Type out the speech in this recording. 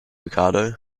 ricardo